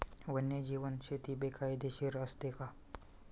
वन्यजीव शेती बेकायदेशीर असते का?